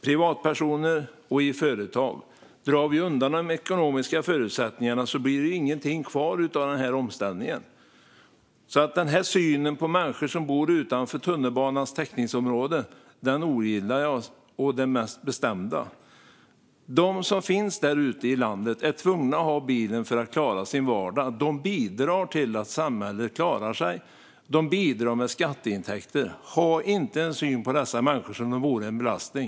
Drar vi undan de ekonomiska förutsättningarna blir det ingenting kvar av omställningen. Den här synen på människor som bor utanför tunnelbanans täckningsområde ogillar jag å det mest bestämda. De som finns där ute i landet är tvungna att ha bilen för att klara sin vardag. De bidrar till att samhället klarar sig. De bidrar med skatteintäkter. Ha inte en syn på dessa människor som om de vore en belastning!